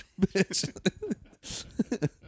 bitch